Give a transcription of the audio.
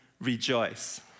Rejoice